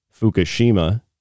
Fukushima